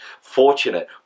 fortunate